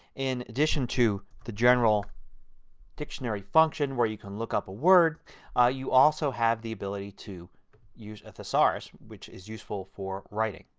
in addition to the general dictionary function where you can look up a word ah you also have the ability to use a thesaurus which is useful for writing.